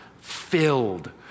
Filled